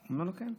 הוא אומר לו: כן.